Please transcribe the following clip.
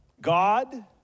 God